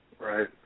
Right